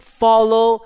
follow